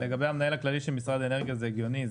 לגבי המנהל הכללי של משרד האנרגיה זה הגיוני,